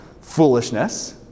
foolishness